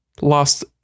lost